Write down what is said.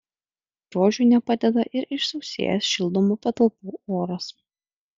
grožiui nepadeda ir išsausėjęs šildomų patalpų oras